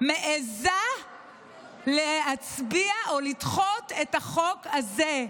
מעיזה להצביע או לדחות את החוק הזה,